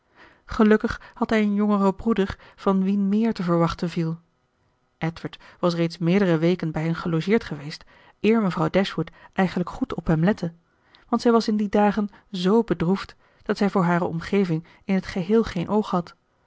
gelukkig had hij een jongeren broeder van wien meer te verwachten viel edward was reeds meerdere weken bij hen gelogeerd geweest eer mevrouw dashwood eigenlijk goed op hem lette want zij was in die dagen z bedroefd dat zij voor hare omgeving in t geheel geen oog had